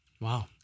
Wow